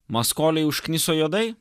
maskoliai užkniso juodai